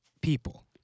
people